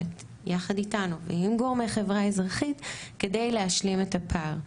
יחד איתנו ועם גורמי חברה אזרחית כדי להשלים את הפער.